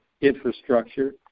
infrastructure